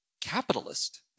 capitalist